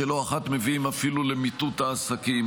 שלא אחת מביאים אפילו למיטוט העסקים.